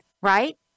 Right